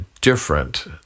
different